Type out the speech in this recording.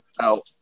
out